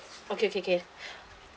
okay okay okay